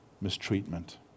mistreatment